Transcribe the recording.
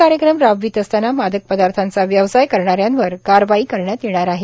हे कार्यक्रम राबवित असतांना मादक पदार्थांचा व्यवसाय करणाऱ्यांवर कारवाई करण्यात येणार आहे